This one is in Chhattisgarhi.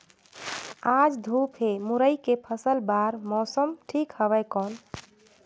आज धूप हे मुरई के फसल बार मौसम ठीक हवय कौन?